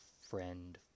friend